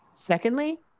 secondly